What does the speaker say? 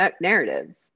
narratives